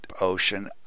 ocean